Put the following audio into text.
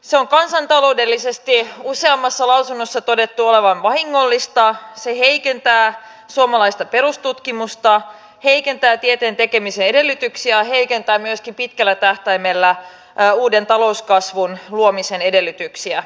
sen on kansantaloudellisesti useammassa lausunnossa todettu olevan vahingollista se heikentää suomalaista perustutkimusta heikentää tieteen tekemisen edellytyksiä heikentää myöskin pitkällä tähtäimellä uuden talouskasvun luomisen edellytyksiä